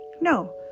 No